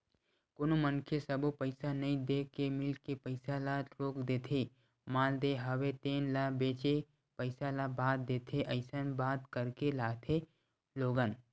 कोनो मनखे सब्बो पइसा नइ देय के मील के पइसा ल रोक देथे माल लेय हवे तेन ल बेंचे पइसा ल बाद देथे अइसन बात करके लाथे लोगन